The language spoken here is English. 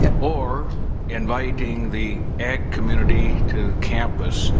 and or inviting the ag community to campus?